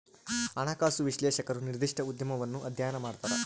ಹಣಕಾಸು ವಿಶ್ಲೇಷಕರು ನಿರ್ದಿಷ್ಟ ಉದ್ಯಮವನ್ನು ಅಧ್ಯಯನ ಮಾಡ್ತರ